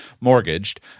mortgaged